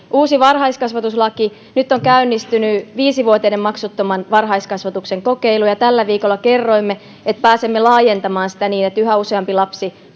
uusi varhaiskasvatuslaki nyt on käynnistynyt viisi vuotiaiden maksuttoman varhaiskasvatuksen kokeilu ja tällä viikolla kerroimme että pääsemme laajentamaan sitä niin että yhä useampi lapsi